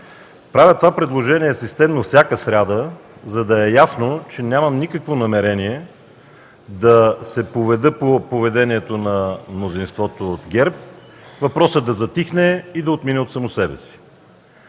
Правя това предложение системно всяка сряда, за да е ясно, че нямам никакво намерение да се подведа по поведението на мнозинството от ГЕРБ - въпросът да затихне и да отмине от само себе си.